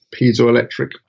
piezoelectric